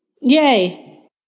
Yay